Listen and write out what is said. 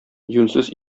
юньсез